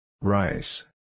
Rice